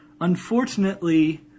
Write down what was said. Unfortunately